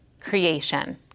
creation